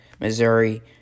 Missouri